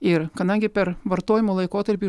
ir kadangi per vartojimo laikotarpį